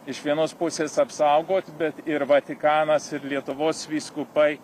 iš vienos pusės apsaugot bet ir vatikanas ir lietuvos vyskupai